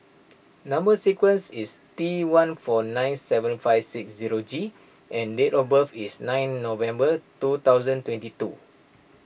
Number Sequence is T one four nine seven five six zero G and date of birth is nine November two thousand twenty two